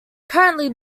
currently